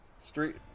Street